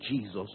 Jesus